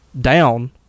down